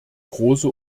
große